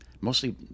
mostly